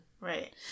Right